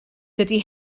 dydy